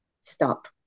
Stop